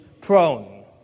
prone